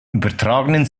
übertragenen